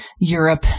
Europe